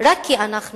רק כי אנחנו